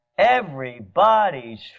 Everybody's